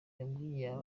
yabwiye